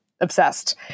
obsessed